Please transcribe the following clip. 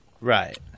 Right